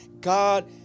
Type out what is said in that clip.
God